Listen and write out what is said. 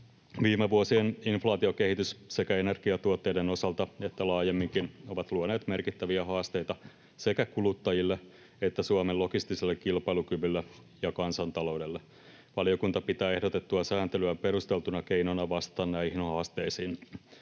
Viime vuosien inflaatiokehitys sekä energiatuotteiden osalta että laajemminkin on luonut merkittäviä haasteita sekä kuluttajille että Suomen logistiselle kilpailukyvylle ja kansantaloudelle. Valiokunta pitää ehdotettua sääntelyä perusteltuna keinona vastata näihin haasteisiin.